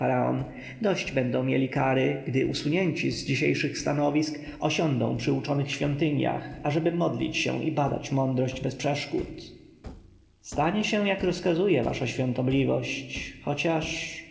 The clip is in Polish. dość będą mieli kary gdy usunięci z dzisiejszych stanowisk osiądą przy uczonych świątyniach ażeby modlić się i badać mądrość bez przeszkód stanie się jak rozkazuje wasza świątobliwość